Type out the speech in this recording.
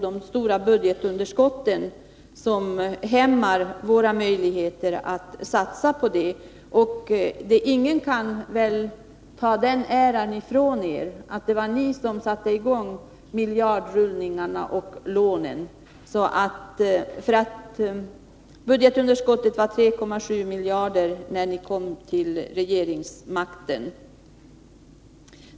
De stora budgetunderskotten hämmar våra möjligheter att satsa på detta. Ingen kan väl ta ifrån er äran av att ha satt i gång miljardrullningen och upplåningen. Budgetunderskottet uppgick till 3,7 miljarder när ni kom till regeringsmakten.